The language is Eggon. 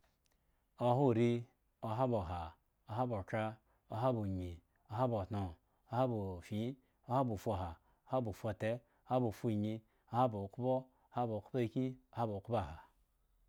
Oha uri, ohaba ohaa, oha ba othra, oha ba onyi, ohaba otno, oha ba offin, oha ba ufuha, oha ba ufute, oha ba ufunyi, oha ba okhpo, oha ba okhpo akyin, oha ba okhoaha.